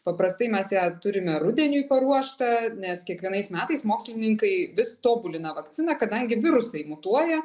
paprastai mes ją turime rudeniui paruoštą nes kiekvienais metais mokslininkai vis tobulina vakciną kadangi virusai mutuoja